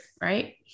right